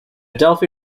delphi